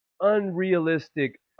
unrealistic